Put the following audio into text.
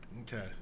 Okay